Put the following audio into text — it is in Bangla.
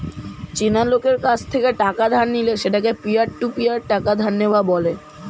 চেনা লোকের কাছ থেকে টাকা ধার নিলে সেটাকে পিয়ার টু পিয়ার টাকা ধার নেওয়া বলে